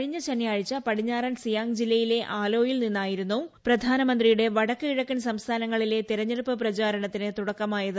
കഴിഞ്ഞ ശനിയാഴ്ച പടിഞ്ഞാറൻ സിയാങ് ജില്ലയിലെ ആലോയിൽ നിന്നായിരുന്നു പ്രധാനമന്ത്രിയുടെ വടക്ക് കിഴക്കൻ സംസ്ഥാന ങ്ങളിലെ തിരഞ്ഞെടുപ്പ് പ്രചാരത്തിന് തുട്ടക്കമായത്